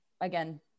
again